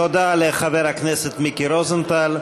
תודה לחבר הכנסת מיקי רוזנטל.